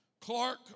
Clark